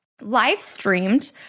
live-streamed